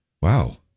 Wow